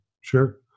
Sure